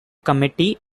committee